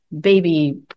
baby